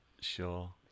Sure